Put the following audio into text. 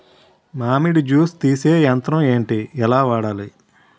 మామిడి జూస్ తీసే యంత్రం ఏంటి? ఎలా వాడాలి?